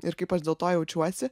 ir kaip aš dėl to jaučiuosi